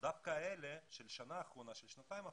דווקא אלה של השנה האחרונה ושל השנתיים האחרונות,